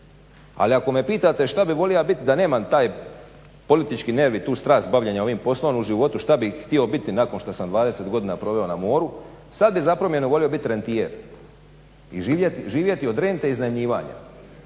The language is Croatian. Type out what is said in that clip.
Ali ako me pitate šta bih volija bit da nemam taj politički nerv i tu strast bavljenja ovim poslom u životu šta bih htio biti nakon šta sam 20 godina proveo na moru sad bih za promjenu volio biti rentijer i živjeti od rente iznajmljivanjem.